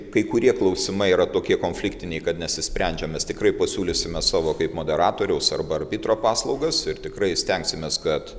kai kurie klausimai yra tokie konfliktiniai kad nesisprendžia mes tikrai pasiūlysime savo kaip moderatoriaus arba arbitro paslaugas ir tikrai stengsimės kad